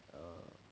err